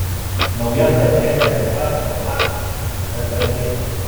nauja plančetė lengva ir kompaktiška bet brangi